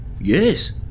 Yes